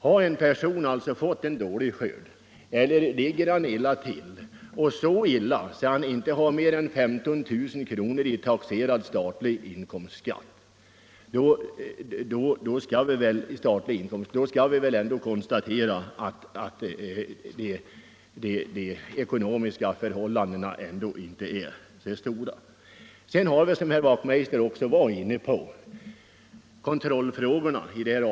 Har en person fått en dålig skörd och ligger så illa till att han har mindre än 15 000 kr. att taxera till statlig inkomstskatt, då kan vi väl konstatera att hans ekonomiska förhållanden verkligen inte är goda. Därtill kommer kontrollfrågorna, som herr Wachtmeister i Johannishus också har berört.